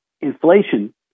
inflation